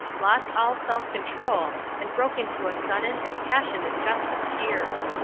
lost all self-control, and broke into a sudden and passionate gust of tears.